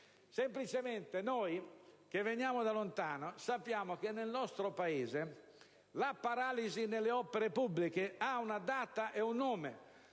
Semplicemente, noi che veniamo da lontano sappiamo che nel nostro Paese la paralisi nelle opere pubbliche ha una data e un nome.